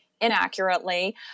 inaccurately